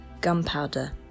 Gunpowder